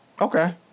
okay